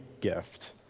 gift